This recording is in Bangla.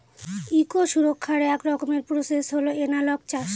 ইকো সুরক্ষার এক রকমের প্রসেস হল এনালগ চাষ